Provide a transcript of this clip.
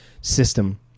system